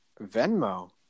Venmo